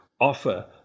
offer